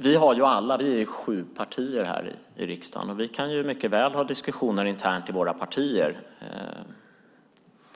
Vi är sju partier här i riksdagen. Vi kan mycket väl ha diskussioner internt i våra partier.